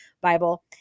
Bible